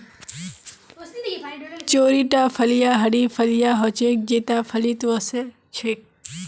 चौड़ीटा फलियाँ हरी फलियां ह छेक जेता फलीत वो स छेक